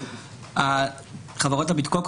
קודם כל,